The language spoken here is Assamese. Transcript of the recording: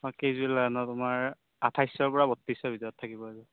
তোমাক কেইযোৰ লাগে নো পুমাৰ আঠাইশৰ পৰা বত্ৰিছৰ ভিতৰত থাকিব আৰু